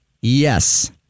Yes